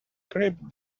crib